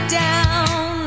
down